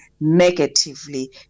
negatively